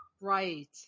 Right